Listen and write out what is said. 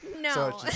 No